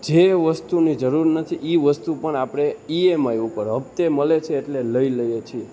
જે વસ્તુની જરૂર નથી એ વસ્તુ પણ આપણે ઈએમઆઈ ઉપર હપ્તે મળે છે એટલે લઈ લઈએ છીએ